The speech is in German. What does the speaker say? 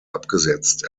abgesetzt